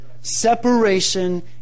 Separation